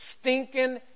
stinking